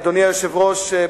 אדוני היושב-ראש,